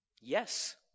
Yes